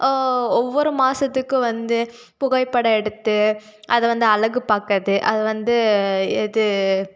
ஒவ்வொரு மாதத்துக்கும் வந்து புகைப்படம் எடுத்து அதை வந்து அழகு பார்க்கறது அது வந்து இது